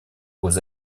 aux